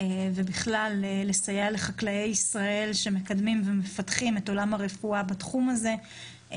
ובכלל לסייע לחקלאי ישראל שמקדמים ומפתחים את עולם הרפואה בתחום הזה.